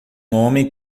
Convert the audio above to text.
homem